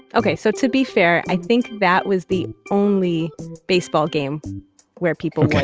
okay, so to be fair, i think that was the only baseball game where people